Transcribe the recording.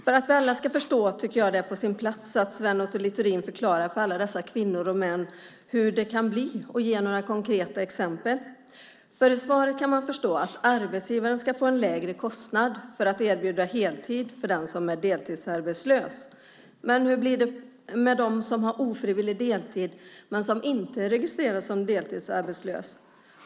För att alla ska förstå tycker jag att det är på sin plats att Sven Otto Littorin förklarar för alla dessa kvinnor och män hur det kan bli och ge några konkreta exempel. Av svaret kan man förstå att arbetsgivaren ska få en lägre kostnad för att erbjuda heltid åt den som är deltidsarbetslös. Men hur blir det med dem som har ofrivillig deltid men som inte är registrerade som deltidsarbetslösa?